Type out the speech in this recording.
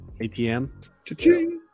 ATM